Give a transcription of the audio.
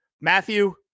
Matthew